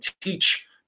teach